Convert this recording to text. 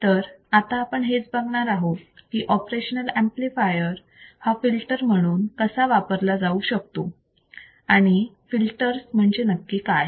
तर आता आपण हेच बघणार आहोत की ऑपरेशनल ऍम्प्लिफायर हा फिल्टर म्हणून कसा वापरला जाऊ शकतो आणि फिल्टर्स म्हणजे नक्की काय